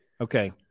Okay